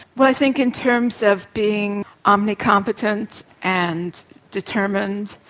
well, i think in terms of being omni-competent and determined,